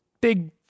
big